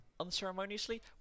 Unceremoniously